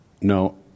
no